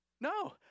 No